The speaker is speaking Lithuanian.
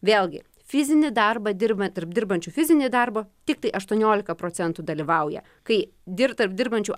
vėlgi fizinį darbą dirba tarp dirbančių fizinį darbą tiktai aštuoniolika procentų dalyvauja kai dirbt tarp dirbančių